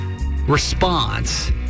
response